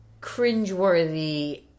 cringeworthy